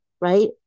right